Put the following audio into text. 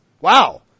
Wow